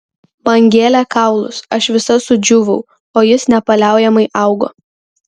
man gėlė kaulus aš visa sudžiūvau o jis nepaliaujamai augo